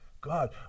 God